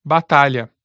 Batalha